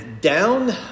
down